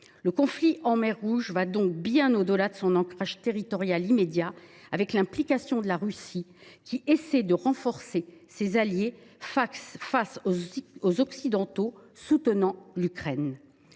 Le conflit en mer Rouge va donc bien au delà de son ancrage territorial immédiat, au vu notamment de cette implication de la Russie, qui essaie de renforcer ses alliés face aux Occidentaux soutenant l’Ukraine.